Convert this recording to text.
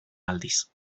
aldiz